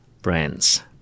brands